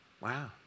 Wow